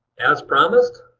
as promised,